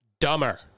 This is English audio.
Dumber